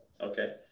Okay